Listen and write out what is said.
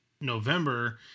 November